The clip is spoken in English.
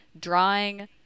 drawing